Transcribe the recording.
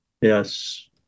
Yes